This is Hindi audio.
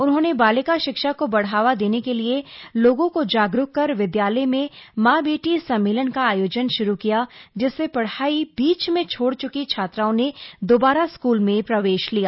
उन्होंने बालिका शिक्षा को बढ़ावा देने के लिए लोगों को जागरूक कर विद्यालय में मां बेटी सम्मेलन का आयोजन शुरू किया जिससे पढ़ाई बीच में छोड़ चुकी छात्राओं ने दोबारा स्कूल में प्रवेश लिया